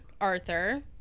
Arthur